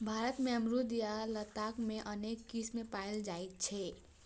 भारत मे अमरूद या लताम के अनेक किस्म पाएल जाइ छै